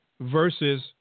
Versus